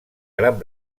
gran